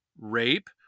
rape